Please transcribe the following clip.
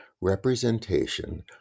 representation